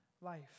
life